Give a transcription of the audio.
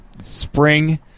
spring